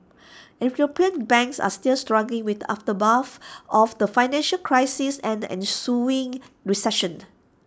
european banks are still struggling with the aftermath of the financial crisis and the ensuing recession